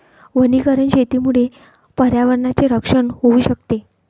वनीकरण शेतीमुळे पर्यावरणाचे रक्षण होऊ शकते